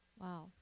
Wow